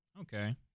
Okay